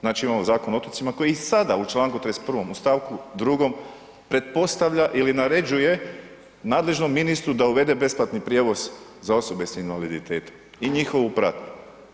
Znači imamo Zakon o otocima koji i sada u čl. 31. u st. 2. pretpostavlja ili naređuje nadležnom ministru da uvede besplatni prijevoz za osobe s invaliditetom i njihovu pratnju.